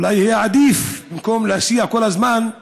אולי יהיה עדיף במקום להסיע כל הזמן.